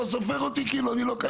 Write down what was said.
לא סופר אותי כאילו אני לא קיים?